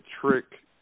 trick